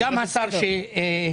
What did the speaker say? וגם השר שהגיע,